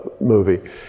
movie